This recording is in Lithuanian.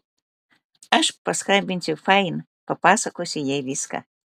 aš paskambinsiu fain papasakosiu jai viską